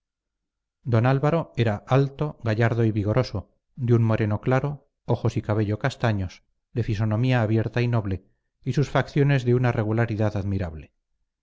don álvaro era alto gallardo y vigoroso de un moreno claro ojos y cabello castaños de fisonomía abierta y noble y sus facciones de una regularidad admirable